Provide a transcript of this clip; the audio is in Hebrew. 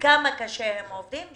וכמה קשה הם עובדים,